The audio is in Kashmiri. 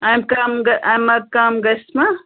امہِ کَم امہِ کَم گژھِ ما